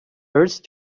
urge